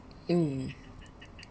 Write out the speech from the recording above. mm